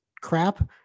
crap